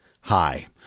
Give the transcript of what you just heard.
Hi